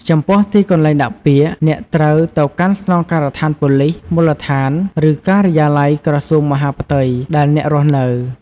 ចំពោះទីកន្លែងដាក់ពាក្យ អ្នកត្រូវទៅកាន់ស្នងការដ្ឋានប៉ូលីសមូលដ្ឋាន ឬ ការិយាល័យក្រសួងមហាផ្ទៃ ដែលអ្នករស់នៅ។